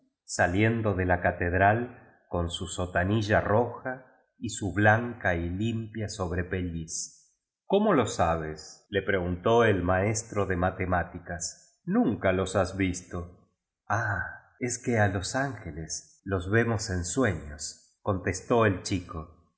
ráliendo de la catedral con su sotaniua roja y su blanca y limpia sobrepelliz cómo lo sabes le preguntó d maestro de matemáticas nunca los has visto jah eb que a loa ángeles los vemos en sue ños contestó tí chico